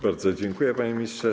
Bardzo dziękuję, panie ministrze.